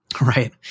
Right